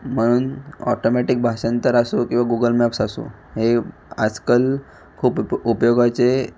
म्हणून ऑटोमॅटिक भाषांतर असो किंवा गुगल मॅप्स असो हे आजकाल खूप प उपयोगाचे